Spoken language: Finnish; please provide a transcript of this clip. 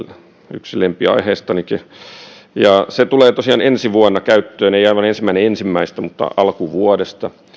yksi lempiaiheistanikin ja se tulee tosiaan ensi vuonna käyttöön ei aivan ensimmäinen ensimmäistä mutta alkuvuodesta